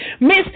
Miss